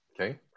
Okay